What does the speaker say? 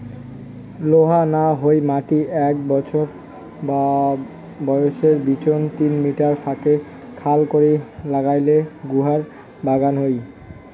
লোহা না হই মাটি এ্যাক বছর বয়সের বিচোন তিন মিটার ফাকে খাল করি নাগাইলে গুয়ার বাগান হই